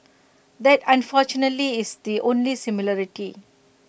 that unfortunately is the only similarity